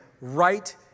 right